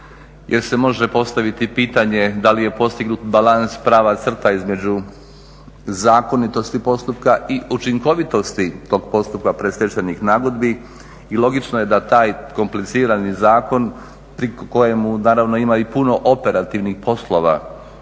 jer se može postaviti pitanje da li je postignut balans, prava crta između zakonitosti postupka i učinkovitosti tog postupka predstečajnih nagodbi. I logično je da taj komplicirani zakon pri kojemu naravno ima i puno operativnih poslova,